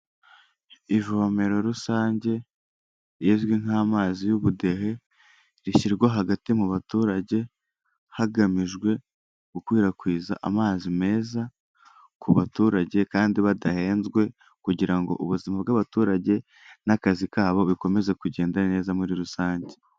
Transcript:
Ivomero rusange rizwi nk'amazi y'ubudehe rishyirwa hagati mu baturage, hagamijwe gukwirakwiza amazi meza ku baturage kandi badahenzwe kugira ngo ubuzima bw'abaturage n'akazi kabo bikomeze kugenda neza muri rusange.